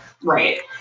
Right